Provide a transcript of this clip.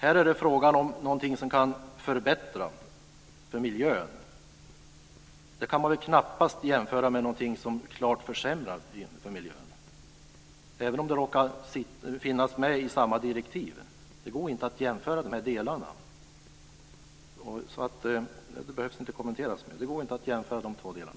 Här är det frågan om någonting som kan förbättra för miljön. Det kan man väl knappast jämföra med någonting som klart försämrar för miljön, även om det råkar finnas med i samma direktiv. Det går inte att jämföra de här delarna. Det behöver inte kommenteras mer. Det går inte att jämföra dessa två delar.